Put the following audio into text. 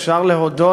אפשר להודות,